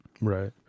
Right